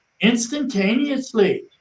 instantaneously